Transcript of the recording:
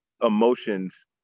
emotions